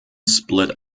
split